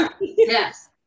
Yes